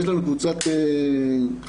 ויש לנו קבוצת חרדים,